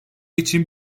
için